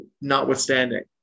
notwithstanding